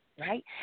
Right